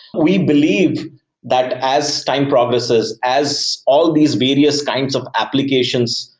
we believe that as time progresses, as all these various kinds of applications,